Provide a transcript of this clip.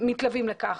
שמתלווים לכך.